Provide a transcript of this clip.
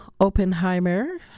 Oppenheimer